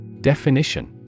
Definition